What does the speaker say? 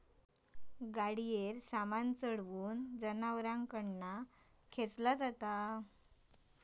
गाडीवर सामान चढवून जनावरांकडून खेंचला जाता